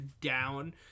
down